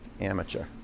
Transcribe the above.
Amateur